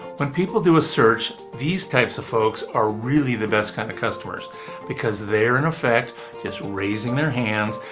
when people do a search, these types of folks are really the best kind of customers because they're in effect just raising their hands,